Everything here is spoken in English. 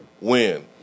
win